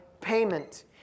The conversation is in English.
payment